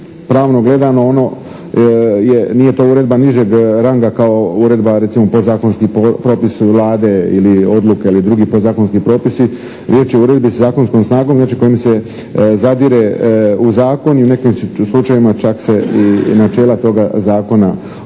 pravno gledano ono, nije to uredba nižeg ranga kao uredba recimo podzakonski propis Vlade ili odluke ili drugi podzakonski propisi. Riječ je o uredbi sa zakonskom snagom, znači kojim se zadire u zakon i u nekim slučajevima čak se i načela toga zakona mijenjaju.